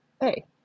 hey